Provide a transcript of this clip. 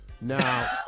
Now